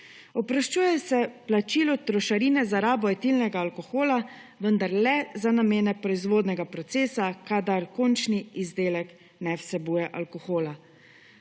Oproščajo se plačilo trošarine za rabo etilnega alkohola vendar le za namene proizvodnega procesa, kadar končni izdelek ne vsebuje alkohola.